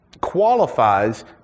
qualifies